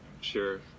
Sure